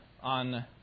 on